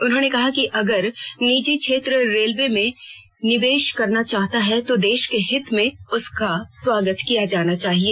उन्होंने कहा कि अगर निजी क्षेत्र रेलवे में निवेश करना चाहता है तो देश के हित में उसका स्वागत किया जाना चाहिए